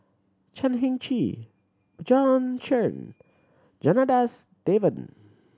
Chan Heng Chee Bjorn Shen Janadas Devan